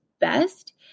best